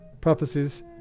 prophecies